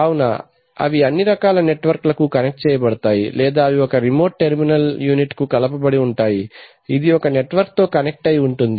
కావున అవి అన్నీ రకాల నెట్వర్క్ లకు కనెక్ట్ చేయబడతాయి లేదా అవి ఒక రిమోట్ టెర్మినల్ యూనిట్ కు కలుపబడి ఉంటాయి ఇది నెట్వర్క్ తో కనెక్ట్ అయి ఉంటుంది